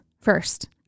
first